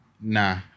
Nah